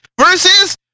versus